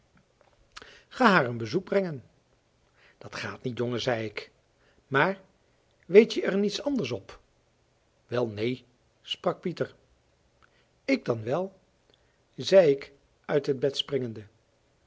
ga haar een bezoek brengen dat gaat niet jongen zei ik maar weet je er niets anders op wel neen sprak pieter ik dan wel zei ik uit het bed springende